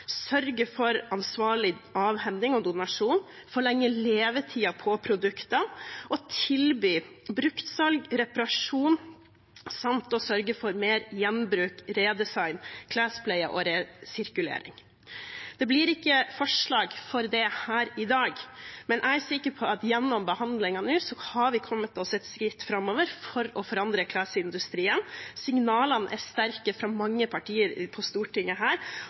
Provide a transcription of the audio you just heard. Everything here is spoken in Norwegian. sørge for ansvarlig avhending og donasjon, forlenge levetiden på produktene og tilby bruktsalg, reparasjon samt sørge for mer gjenbruk, redesign, klespleie og resirkulering. Det blir ikke flertall for det her i dag, men jeg er sikker på at gjennom behandlingen nå har vi kommet oss et skritt framover for å forandre klesindustrien. Signalene er sterke fra mange partier på Stortinget,